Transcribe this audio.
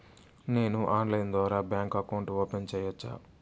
నేను ఆన్లైన్ ద్వారా bank account open సేయొచ్చా?